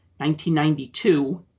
1992